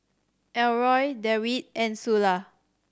Elroy Dewitt and Sula